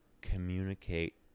communicate